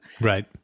Right